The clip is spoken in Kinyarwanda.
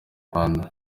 rwanda